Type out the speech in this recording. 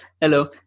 hello